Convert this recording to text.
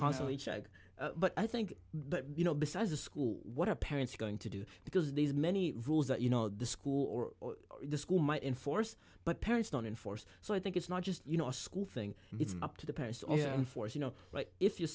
constantly check but i think you know besides the school what are parents going to do because these many rules that you know the school or the school might enforce but parents don't enforce so i think it's not just you know a school thing it's up to the parents also enforce you know like if your